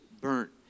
burnt